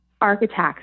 architects